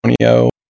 antonio